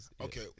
Okay